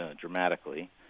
dramatically